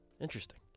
Interesting